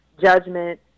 judgment